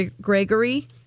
Gregory